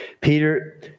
Peter